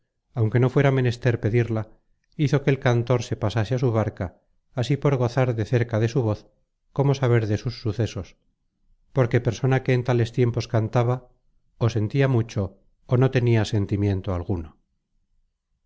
aunque no fuera menester pedirla hizo que el cantor se pasase á su barca así por gozar de cerca de su voz como saber de sus sucesos porque persona que en tales tiempos cantaba ó sentia mucho ó no tenia sentimiento alguno